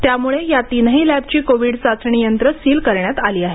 त्यामुळे या तीनही लॅबची कोविड चाचणी यंत्रे सील करण्यात आली आहेत